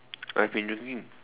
I've been drinking